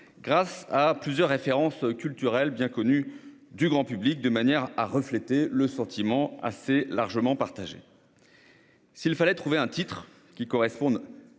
sur plusieurs références culturelles bien connues du grand public, de manière à refléter le sentiment assez largement partagé. S'il fallait trouver un titre qui corresponde